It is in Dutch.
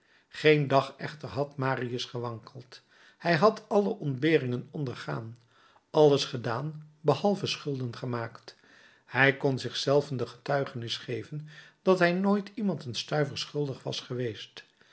geen dag echter had marius gewankeld hij had alle ontberingen ondergaan alles gedaan behalve schulden gemaakt hij kon zich zelven de getuigenis geven dat hij nooit iemand een stuiver schuldig was geweest